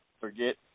forget